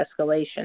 escalation